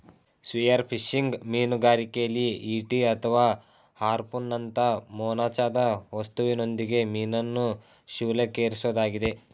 spearfishing ಮೀನುಗಾರಿಕೆಲಿ ಈಟಿ ಅಥವಾ ಹಾರ್ಪೂನ್ನಂತ ಮೊನಚಾದ ವಸ್ತುವಿನೊಂದಿಗೆ ಮೀನನ್ನು ಶೂಲಕ್ಕೇರಿಸೊದಾಗಿದೆ